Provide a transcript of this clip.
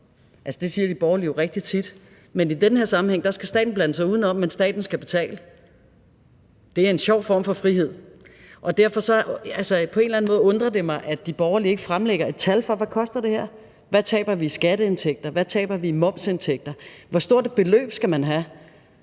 det siger de borgerlige jo rigtig tit, men i den her sammenhæng skal staten blande sig udenom, men staten skal betale. Det er en sjov form for frihed, og derfor undrer det mig på en eller anden måde, at de borgerlige ikke fremlægger et tal for, hvad det her koster: Hvad taber vi i skatteindtægter, hvad taber vi i momsindtægter, og hvor stort et beløb skal man have?